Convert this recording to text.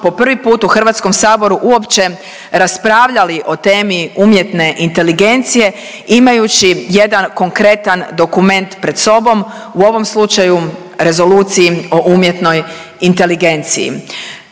po prvi put u Hrvatskom saboru uopće raspravljali o temi umjetne inteligencije imajući jedan konkretan dokument pred sobom u ovom slučaju Rezoluciji o umjetnoj inteligenciji.